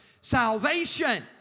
Salvation